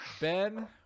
Ben